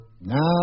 Now